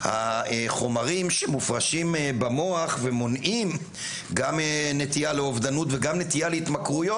החומרים שמופרשים במוח ומונעים גם נטייה לאובדנות וגם נטייה להתמכרויות,